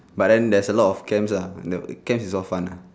but then there's a lot of camp uh the camp is all fun lah